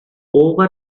over